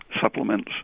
supplements